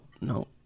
no